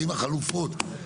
האם החלופות,